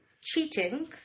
cheating